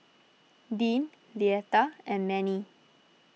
Deann Leatha and Mannie